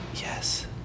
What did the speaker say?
Yes